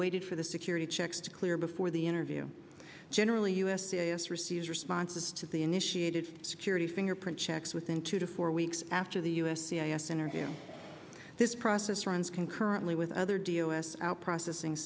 waited for the sick he checks to clear before the interview generally u s d a s receives responses to the initiated security fingerprint checks within two to four weeks after the u s c i s interview this process runs concurrently with other d o s out processing